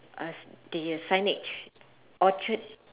uh the signage orchard